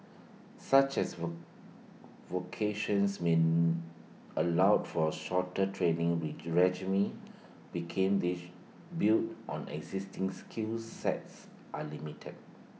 such as vocations mean allowed for A shorter training regime became this build on existing skill sets are limited